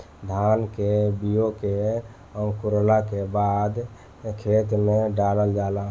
धान के बिया के अंकुरला के बादे खेत में डालल जाला